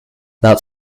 that